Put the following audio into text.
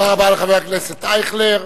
תודה רבה לחבר הכנסת אייכלר.